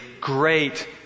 great